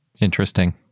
Interesting